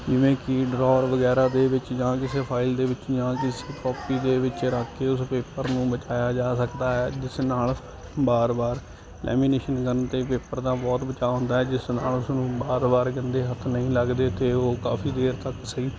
ਜਿਵੇਂ ਕਿ ਡਰੋਰ ਵਗੈਰਾ ਦੇ ਵਿੱਚ ਜਾਂ ਕਿਸੇ ਫਾਈਲ ਦੇ ਵਿੱਚ ਜਾਂ ਕਿਸੇ ਕੋਪੀ ਦੇ ਵਿੱਚ ਰੱਖ ਕੇ ਉਸ ਪੇਪਰ ਨੂੰ ਬਚਾਇਆ ਜਾ ਸਕਦਾ ਹੈ ਜਿਸ ਨਾਲ ਬਾਰ ਬਾਰ ਲੈਮੀਨੇਸ਼ਨ ਕਰਨ ਤੇ ਪੇਪਰ ਦਾ ਬਹੁਤ ਬਚਾਅ ਹੁੰਦਾ ਹੈ ਜਿਸ ਨਾਲ ਉਸਨੂੰ ਬਾਰ ਬਾਰ ਗੰਦੇ ਹੱਥ ਨਹੀਂ ਲੱਗਦੇ ਅਤੇ ਉਹ ਕਾਫ਼ੀ ਦੇਰ ਤੱਕ ਸਹੀ